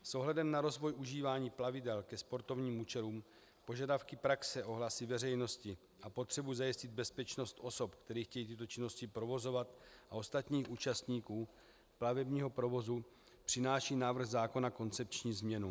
S ohledem na rozvoj užívání plavidel ke sportovním účelům, požadavky praxe, ohlasy veřejnosti a potřebu zajistit bezpečnost osob, které chtějí tyto činnosti provozovat, a ostatních účastníků plavebního provozu přináší návrh zákona koncepční změnu.